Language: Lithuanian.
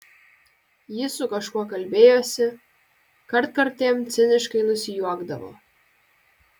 ji su kažkuo kalbėjosi kartkartėm ciniškai nusijuokdavo